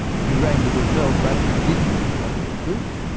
he rang the little bell, but didn't offer them food.